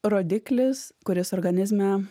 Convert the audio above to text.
rodiklis kuris organizme